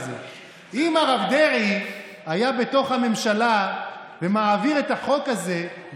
אבל להדיר את כל היתר, להדיר את החרדים